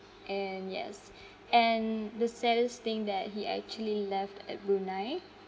and yes and the saddest thing that he actually left at brunei